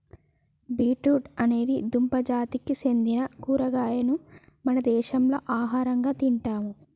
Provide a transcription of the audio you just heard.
beet root అనేది దుంప జాతికి సెందిన కూరగాయను మన దేశంలో ఆహరంగా తింటాం